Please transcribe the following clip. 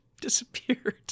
disappeared